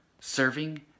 serving